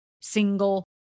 single